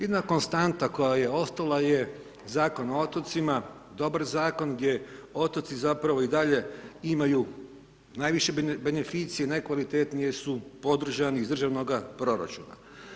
Jedna konstanta koja je ostala je Zakon o otocima, dobar zakon, gdje otoci zapravo i dalje imaju najviše beneficije, najkvalitetniji su, podržani iz državnoga proračuna.